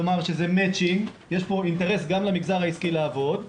זה מצ'ינג ויש אינטרס גם למגזר העסקי לעבוד.